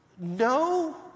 no